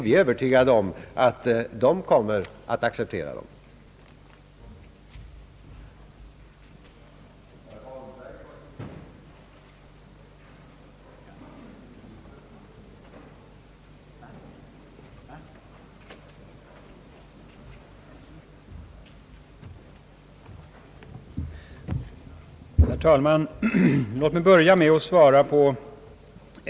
Vi är övertygade om att väljarna kommer att acceptera vårt program!